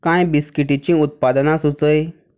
कांय बिस्कीटींचीं उत्पादनां सुचय